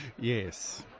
Yes